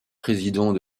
président